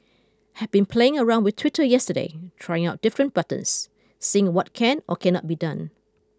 had been playing around with Twitter yesterday trying out different buttons seeing what can or cannot be done